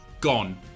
gone